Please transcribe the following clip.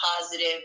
positive